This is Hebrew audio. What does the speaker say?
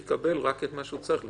שיקבל רק את מה שהוא צריך לקבל.